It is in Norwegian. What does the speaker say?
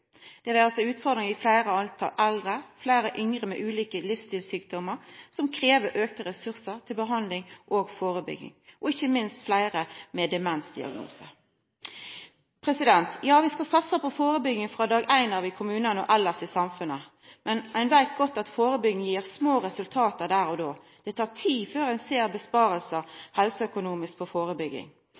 det vere seg utfordringar i høgare tal på eldre eller fleire yngre med ulike livsstilssjukdomar som krev auka ressursar til behandling og førebygging – og ikkje minst fleire med demensdiagnose. Vi skal satsa på førebygging frå dag ein i kommunane og elles i samfunnet, men ein veit godt at førebygging gir små resultat der og då. Det tar tid før ein ser helseøkonomiske innsparingar av førebygging.